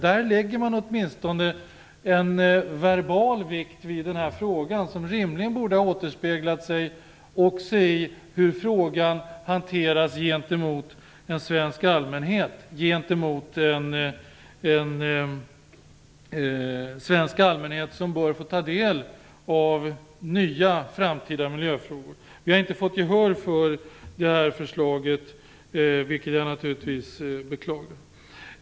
Där lägger man åtminstone en verbal vikt vid den här frågan, som rimligen borde ha återspeglat sig också i hanteringen av frågan gentemot den svenska allmänheten, som bör få ta del av nya framtida miljöfrågor. Vi har inte fått gehör för vårt förslag, vilket jag naturligtvis beklagar.